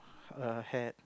err hat